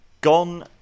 Gone